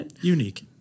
Unique